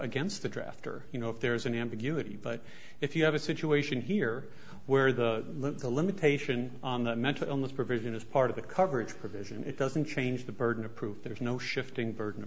against the drafter you know if there's an ambiguity but if you have a situation here where the limitation on that mental illness provision is part of the coverage provision it doesn't change the burden of proof there is no shifting burden